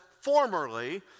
formerly